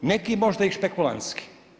Neki možda i špekulantski.